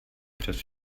přes